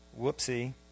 Whoopsie